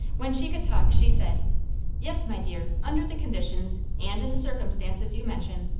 when she could talk, she said yes, my dear, under the conditions, and in the circumstances you mention,